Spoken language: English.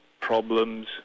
problems